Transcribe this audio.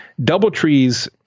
Doubletree's